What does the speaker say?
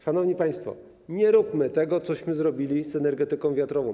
Szanowni państwo, nie róbmy tego, co zrobiliśmy z energetyką wiatrową.